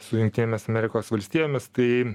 su jungtinėmis amerikos valstijomis tai